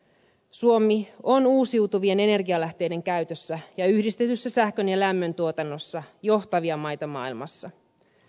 suomi on uusiutuvien energialähteiden käytössä ja yhdistetyssä sähkön ja lämmön tuotannossa johtavia maita maailmassa